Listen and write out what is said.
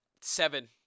Seven